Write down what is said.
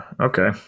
okay